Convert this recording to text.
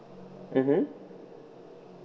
mmhmm